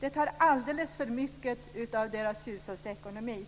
Det tar alldeles för mycket av deras hushållsekonomi.